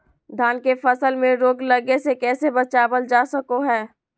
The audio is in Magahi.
धान के फसल में रोग लगे से कैसे बचाबल जा सको हय?